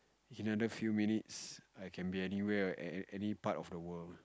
another few minutes I can be anywhere at at any part of the world